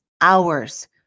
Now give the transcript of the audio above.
hours